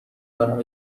کنم